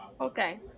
okay